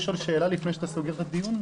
אפשר לשאול שאלה לפני שאתה סוגר את הדיון?